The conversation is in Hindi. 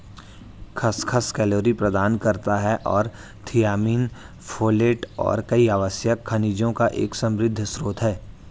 खसखस कैलोरी प्रदान करता है और थियामिन, फोलेट और कई आवश्यक खनिजों का एक समृद्ध स्रोत है